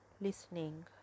listening